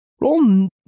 Roll